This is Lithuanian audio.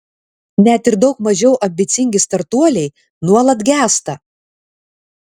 net ir daug mažiau ambicingi startuoliai nuolat gęsta